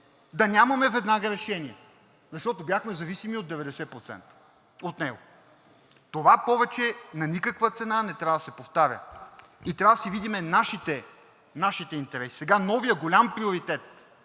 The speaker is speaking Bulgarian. да нямаме веднага решение, защото бяхме зависими 90% от него. Това повече на никаква цена не трябва да се повтаря и трябва да си видим нашите интереси. Сега новият голям приоритет